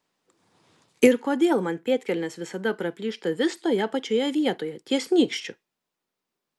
ir kodėl man pėdkelnės visada praplyšta vis toje pačioje vietoj ties nykščiu